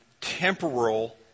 temporal